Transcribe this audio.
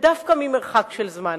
ודווקא ממרחק של זמן,